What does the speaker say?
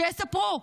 שיספרו.